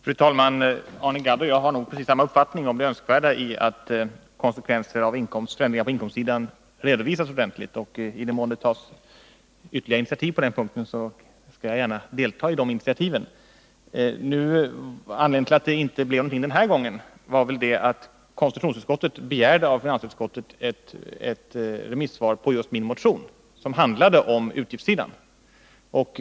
Fru talman! Arne Gadd och jag har nog precis samma uppfattning om det önskvärda i att konsekvenser av förändringar på inkomstsidan redovisas ordentligt, och i den mån det tas ytterligare initiativ på den punkten skall jag gärna delta i de initiativen. Anledningen till att det inte blev någonting den här gången var väl att konstitutionsutskottet begärde ett remissvar av finansutskottet om just min motion, som handlade om utgiftssidan.